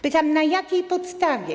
Pytam: Na jakiej podstawie?